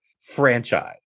franchise